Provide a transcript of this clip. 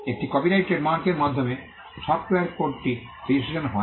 একটি কপিরাইট ট্রেডমার্কের মাধ্যমে সফ্টওয়্যার কোডটি রেজিস্ট্রেশন হয়